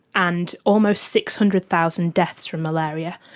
and almost six hundred thousand deaths from malaria,